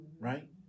right